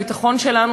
הביטחון שלנו,